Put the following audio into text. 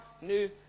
new